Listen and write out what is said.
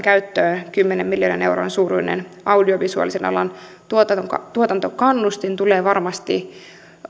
käyttöön kymmenen miljoonan euron suuruinen audiovisuaalisen alan tuotantokannustin tulee varmasti